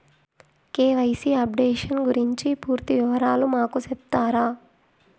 KYC updation గురించి పూర్తి వివరాలు మాకు సెప్తారా?